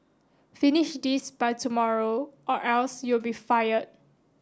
finish this by tomorrow or else you'll be fired